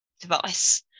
device